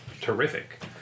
terrific